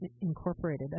Incorporated